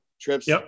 trips